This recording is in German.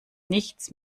nichts